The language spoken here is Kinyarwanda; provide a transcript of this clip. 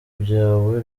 byawe